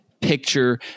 picture